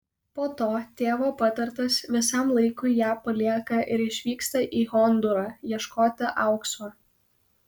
po to tėvo patartas visam laikui ją palieka ir išvyksta į hondūrą ieškoti aukso